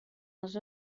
els